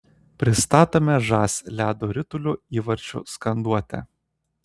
pristatome žas ledo ritulio įvarčių skanduotę